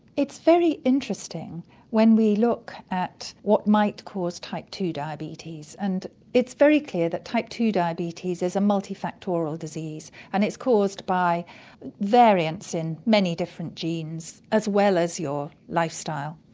it's very interesting when we look at what might cause type two diabetes, and it's very clear that type two diabetes is a multifactorial disease and it's caused by variants in many different genes, as well as your lifestyle.